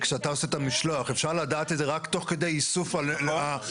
מה שאני אומר בנוסף לדברים של מיכל רוזין ביצוע